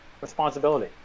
responsibility